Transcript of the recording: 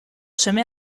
seme